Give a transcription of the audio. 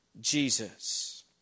Jesus